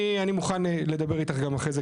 אני מוכן לדבר איתך גם אחרי זה,